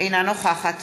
אינה נוכחת